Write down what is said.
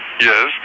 Yes